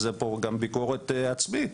וזאת גם ביקורת עצמית,